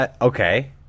Okay